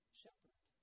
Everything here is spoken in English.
shepherd